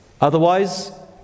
Otherwise